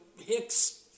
Hicks